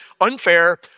unfair